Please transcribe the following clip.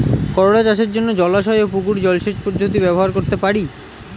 করোলা চাষের জন্য জলাশয় ও পুকুর জলসেচ পদ্ধতি ব্যবহার করতে পারি?